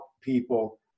people